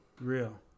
Real